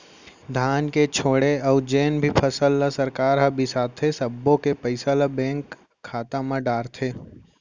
धान के छोड़े अउ जेन भी फसल ल सरकार ह बिसाथे सब्बो के पइसा ल बेंक खाता म डारथे